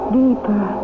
deeper